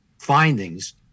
findings